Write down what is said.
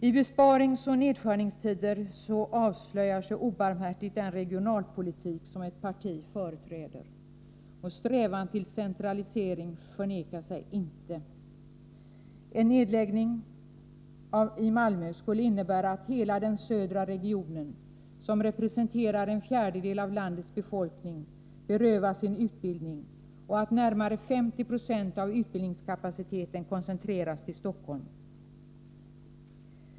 I besparingsoch nedskärningstider avslöjas obarmhärtigt den regionalpolitik som ett parti företräder, och strävan till centralisering förnekar sig inte. En nedläggning i Malmö skulle innebära att hela den södra regionen, som representerar en fjärdedel av landets befolkning, berövas en utbildning och att närmare 50 22 av utbildningskapaciteten koncentreras till Stockholm.